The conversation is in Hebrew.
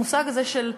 המושג הזה של חמלה.